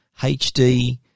HD